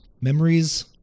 Memories